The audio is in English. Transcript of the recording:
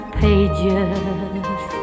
pages